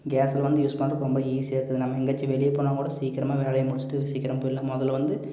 கேஸில் வந்து யூஸ் பண்றதுக்கு ரொம்ப ஈஸியாகருக்குது நம்ம எங்காச்சும் வெளியே போனால்கூட சீக்கரமாக வேலையை முடித்துட்டு சீக்கிரம் போயிடலாம் முதல்ல வந்து